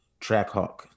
Trackhawk